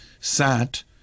sat